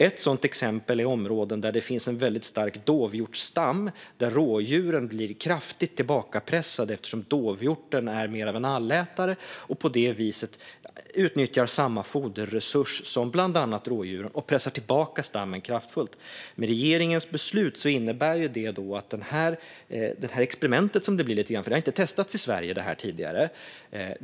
Ett sådant exempel är områden där det finns en väldigt stark dovhjortsstam. Där blir rådjuren kraftigt tillbakapressade, eftersom dovhjorten är mer av en allätare och på det viset utnyttjar samma foderresurs som bland annat rådjuren. Då pressas stammen kraftfullt tillbaka. Regeringens beslut innebär att detta blir lite grann av ett experiment, för det har inte testats i Sverige tidigare.